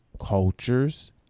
cultures